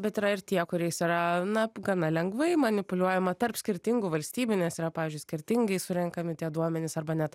bet yra ir tie kuriais yra na gana lengvai manipuliuojama tarp skirtingų valstybių nes yra pavyzdžiui skirtingai surenkami tie duomenys arba net